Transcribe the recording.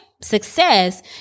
success